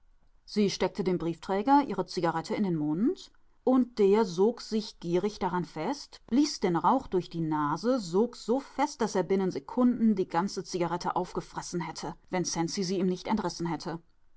sie steckte dem briefträger ihre zigarette in den mund und der sog sich gierig daran fest blies den rauch durch die nase sog so fest daß er binnen sekunden die ganze zigarette aufgefressen hätte wenn cenzi sie ihm nicht entrissen hätte